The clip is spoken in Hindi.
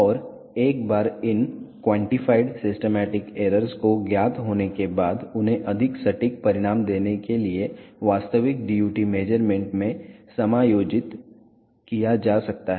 और एक बार इन क्वान्टीफाइड सिस्टमैटिक एरर्स को ज्ञात होने के बाद उन्हें अधिक सटीक परिणाम देने के लिए वास्तविक DUT मेज़रमेंट में समायोजित किया जा सकता है